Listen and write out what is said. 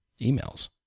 emails